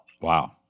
Wow